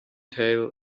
tail